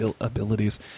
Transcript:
abilities